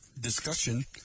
discussion